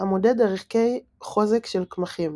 המודד ערכי חוזק של קמחים